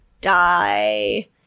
die